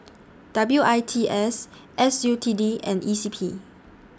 W I T S S U T D and E C P